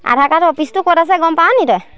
আধাৰ card অফিটো ক'ত আছে গম পাৱ নি তই